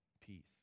peace